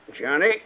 Johnny